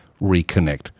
reconnect